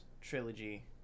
trilogy